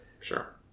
sure